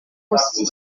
aussi